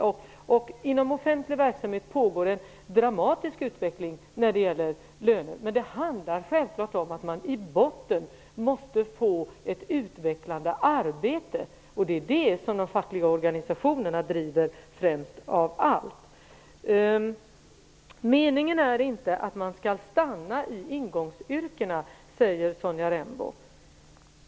Inom offentlig verksamhet pågår en dramatisk utveckling när det gäller lönerna. Men det handlar självklart om att man i botten måste få ett utvecklande arbete. Detta driver de fackliga organisationerna främst av allt. Meningen är inte att man skall stanna i ingångsyrkena, sade Sonja Rembo.